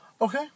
Okay